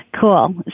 Cool